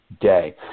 day